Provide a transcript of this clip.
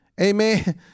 Amen